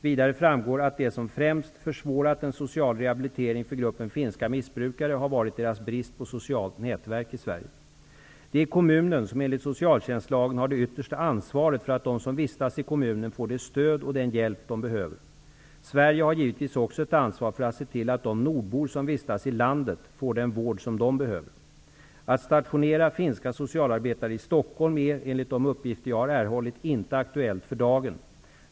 Vidare framgår att det som främst försvårat en social rehabilitering för gruppen finska missbrukare har varit deras brist på socialt nätverk i Sverige. Det är kommunen som enligt socialtjänstlagen har det yttersta ansvaret för att de som vistas i kommunen får det stöd och den hjälp som de behöver. Sverige har givetvis också ett ansvar för att se till att de nordbor som vistas i landet får den vård som de behöver. Att stationera finska socialarbetare i Stockholm är, enligt de uppgifter jag har erhållit, inte aktuellt för dagen.